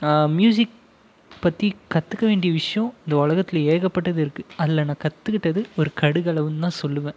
music பற்றி கற்றுக்க வேண்டிய விஷயம் இந்த உலகத்துல ஏகப்பட்டது இருக்கு அதில் நான் கற்றுகிட்டது ஒரு கடுகளவுந்தான் சொல்வேன்